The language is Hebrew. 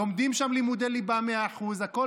לומדים שם לימודי ליבה 100%, הכול